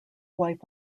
wife